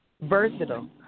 versatile